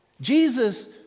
Jesus